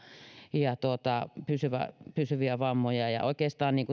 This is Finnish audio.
ja pysyviä vammoja oikeastaan